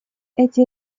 эти